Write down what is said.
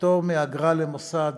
פטור מאגרה למוסד